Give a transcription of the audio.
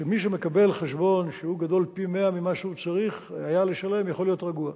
שמי שמקבל חשבון שהוא פי-מאה ממה שהוא צריך היה לשלם יכול להיות רגוע.